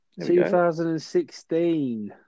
2016